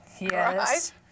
Yes